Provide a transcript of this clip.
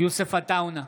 יוסף עטאונה,